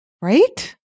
right